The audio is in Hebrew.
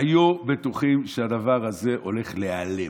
היו בטוחים שהדבר הזה הולך להיעלם,